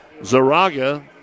Zaraga